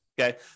okay